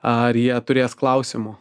ar jie turės klausimų